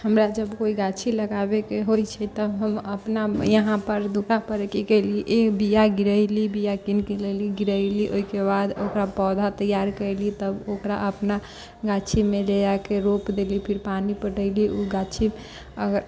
हमरा जब कोइ गाछी लगाबैके होइ छै तब हम अपना यहाँ पर दुकान पर गेलीह बिया गिरेलीह बिया कीन के लेलीह गिरेलीह ओहिके बाद ओकरा पौधा तैयार केयलीह तब ओकरा अपना गाछीमे ले जाके रोप देलीह फिर पानि पटेलीह ओ गाछी अगर